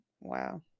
Wow